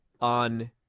on